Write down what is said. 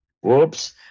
whoops